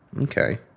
Okay